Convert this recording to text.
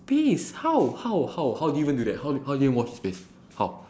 please how how how how do you even do that how do you even wash his face how